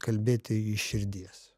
kalbėti iš širdies